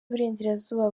uburengerazuba